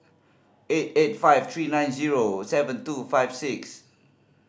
eight eight five three nine zero seven two five six